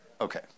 Okay